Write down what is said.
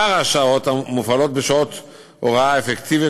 שאר השעות מופעלות בשעות הוראה אפקטיביות